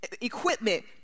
equipment